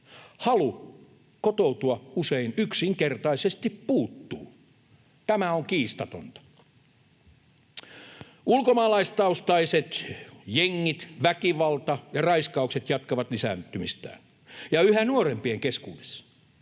halu kotoutua usein yksinkertaisesti puuttuu, ja tämä on kiistatonta. Ulkomaalaistaustaiset jengit, väkivalta ja raiskaukset jatkavat lisääntymistään, ja yhä nuorempien keskuudessa.